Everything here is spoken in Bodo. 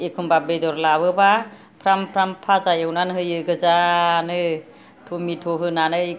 एखम्बा बेदर लाबोबा फ्राम फ्राम फाजा एवनानै होयो गोजानो टमेथ' होनानै